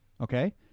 okay